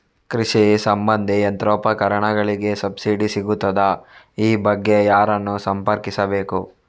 ಕೃಷಿ ಸಂಬಂಧಿ ಯಂತ್ರೋಪಕರಣಗಳಿಗೆ ಸಬ್ಸಿಡಿ ಸಿಗುತ್ತದಾ? ಈ ಬಗ್ಗೆ ಯಾರನ್ನು ಸಂಪರ್ಕಿಸಬೇಕು?